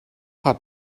hat